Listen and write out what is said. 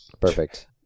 perfect